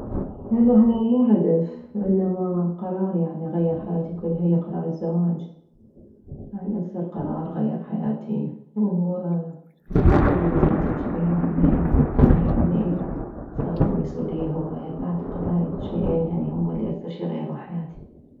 والله هو مو هدف وانما قرار يعني غير حياتي كلها هي قرار الزواج لان اكثر قرار غير حياتي ومن جبت بنتي الجبيرة همين يعني صارت المسؤولية هواية فاعتقد هاي الشيئين هم يعني الي اكثر شي غيرو حياتي